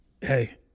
Hey